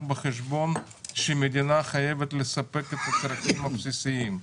בחשבון שהמדינה חייבת לספק את הצרכים הבסיסיים.